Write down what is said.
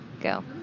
Go